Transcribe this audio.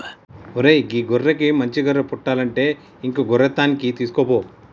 ఓరై గీ గొర్రెకి మంచి గొర్రె పుట్టలంటే ఇంకో గొర్రె తాన్కి తీసుకుపో